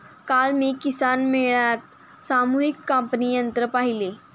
काल मी किसान मेळ्यात सामूहिक कापणी यंत्र पाहिले